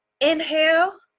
inhale